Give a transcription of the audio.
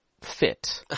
fit